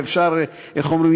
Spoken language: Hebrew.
איך אומרים,